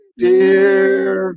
dear